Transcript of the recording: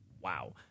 Wow